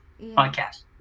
podcast